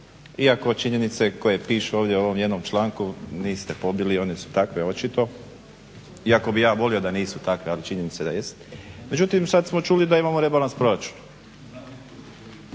iako činjenice koje pišu ovdje u ovom jednom članku niste pobili, one su takve očito, iako bih ja volio da nisu takve, ali činjenica da jest. Međutim, sad smo čuli da imamo rebalans proračuna.